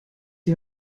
die